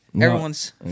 everyone's